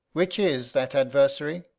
which is that adversary?